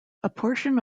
portion